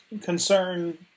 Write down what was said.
concern